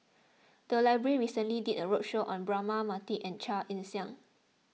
the library recently did a roadshow on Braema Mathi and Chia Ann Siang